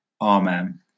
Amen